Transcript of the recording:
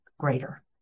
greater